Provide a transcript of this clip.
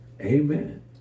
Amen